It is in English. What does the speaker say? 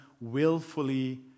willfully